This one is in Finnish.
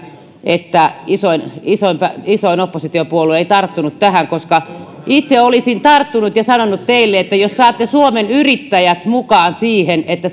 että isoin oppositiopuolue ei tarttunut tähän koska itse olisin tarttunut ja sanonut teille että jos saatte suomen yrittäjät mukaan siihen että